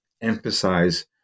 emphasize